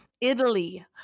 Italy